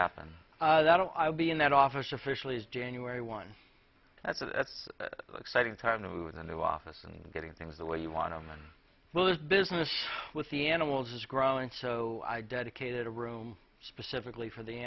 happen that i will be in that office officially is january one that's a that's exciting time to move the new office and getting things the way you want them and will this business with the animals is growing so i dedicated a room specifically for the